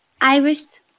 Iris